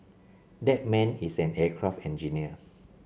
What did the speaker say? that man is an aircraft engineer